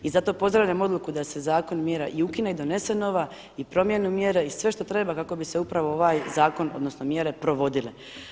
I zato pozdravljam odluku da se zakon mjera ukine i donese nova i promjene mjere i sve što treba kako bi se upravo ovaj zakon odnosno mjere provodile.